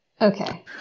Okay